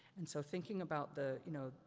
and so thinking about the, you know,